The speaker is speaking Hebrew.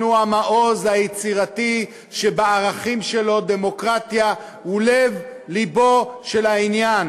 אנחנו המעוז היצירתי שבערכים שלו הדמוקרטיה היא לב-לבו של העניין,